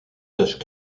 taches